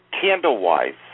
candle-wise